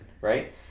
right